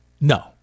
No